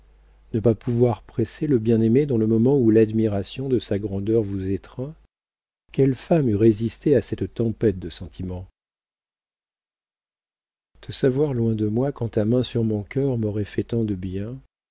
ne pas pouvoir presser le bien-aimé dans le moment où l'admiration de sa grandeur vous étreint quelle femme eût résisté à cette tempête de sentiments te savoir loin de moi quand ta main sur mon cœur m'aurait fait tant de bien